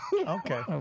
Okay